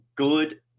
Good